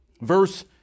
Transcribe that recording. verse